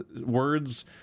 words